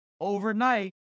overnight